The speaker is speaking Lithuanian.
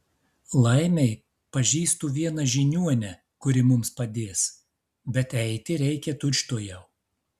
laimei pažįstu vieną žiniuonę kuri mums padės bet eiti reikia tučtuojau